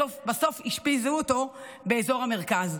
בסוף אשפזו אותו באזור המרכז.